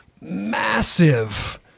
massive